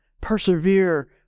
persevere